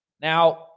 Now